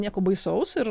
nieko baisaus ir